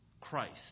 Christ